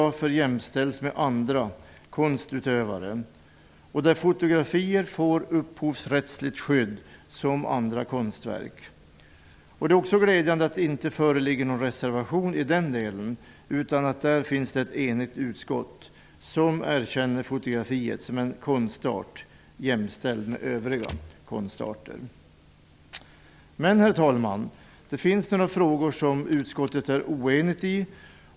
Det tycker jag i alla fall och säkert vi som grupp också. Där får fotografier samma upphovsrättsliga skydd som andra konstverk. Det är också glädjande att det inte föreligger någon reservation i den delen. Ett enigt utskott erkänner fotografiet som en konstart jämställd med andra konstarter. Herr talman! Det finns några frågor där utskottet är oenigt.